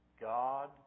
God